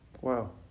Wow